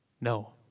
no